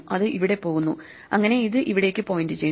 അത് ഇവിടെ പോകുന്നു അങ്ങനെ ഇത് ഇവിടേയ്ക്ക് പോയിന്റ് ചെയ്യുന്നു